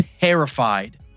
terrified